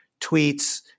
tweets